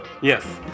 Yes